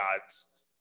God's